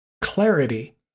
clarity